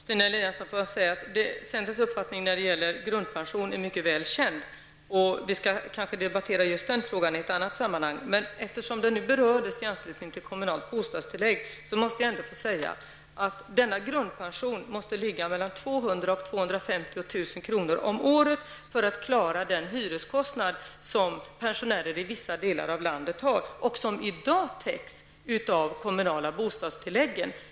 Herr talman! Centerns uppfattning när det gäller grundpension är mycket väl känd, Stina Eliasson, och just den frågan kanske vi kommer att debattera i ett annat sammanhang. Men eftersom detta ändå berördes i anslutning till frågan om kommunalt bostadstillägg måste jag säga att denna grundpension måste ligga mellan 200 000 och 250 000 kr. om året för att det skall vara möjligt för pensionärer att klara av de hyreskostnaderman har i vissa delar av landet, vilka i dag täcks av de kommunala bostadstilläggen.